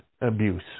abuse